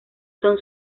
son